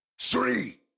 three